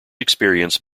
experience